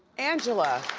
angela,